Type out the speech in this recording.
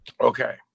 Okay